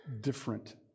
different